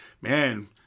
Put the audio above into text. man